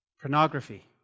Pornography